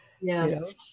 Yes